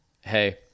Hey